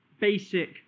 basic